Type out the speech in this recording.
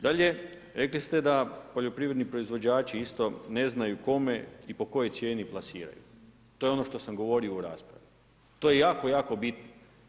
Dalje, rekli ste da poljoprivredni proizvođači isto ne znaju kome i po kojoj cijeni plasiraju, to je ono što sam govorio u raspravi i to je jako jako bitno.